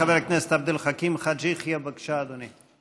חבר הכנסת עבד אל חכים חאג' יחיא, בבקשה, אדוני.